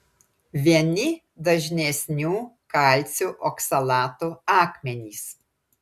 vieni dažnesnių kalcio oksalato akmenys